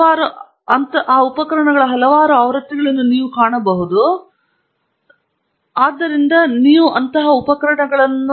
ನೀವು ಅದರ ಬಗ್ಗೆ ನೋಡಿದರೆ ಇವುಗಳ ಹಲವಾರು ಆವೃತ್ತಿಗಳನ್ನು ನೀವು ಕಾಣಬಹುದು ಅದನ್ನು ಉದ್ದೇಶಿಸಲಾಗುವುದು ಮತ್ತು ನಿರ್ದಿಷ್ಟ ಉದ್ದೇಶಕ್ಕಾಗಿ ನೀವು ನಿರ್ದಿಷ್ಟಪಡಿಸಿದ್ದೀರಿ